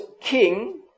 king